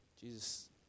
Jesus